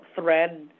thread